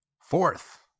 Fourth